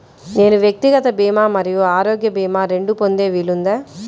నేను వ్యక్తిగత భీమా మరియు ఆరోగ్య భీమా రెండు పొందే వీలుందా?